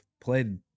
played